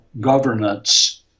governance